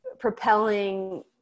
propelling